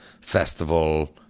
festival